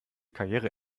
karriere